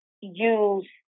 use